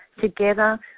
Together